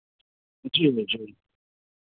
जी जी